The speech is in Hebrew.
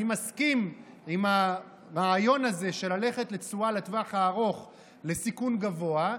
אני מסכים עם הרעיון הזה של ללכת לתשואה לטווח הארוך לסיכון גבוה,